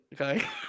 Okay